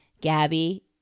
Gabby